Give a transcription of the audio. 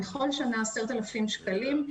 בכל שנה 10,000 שקלים.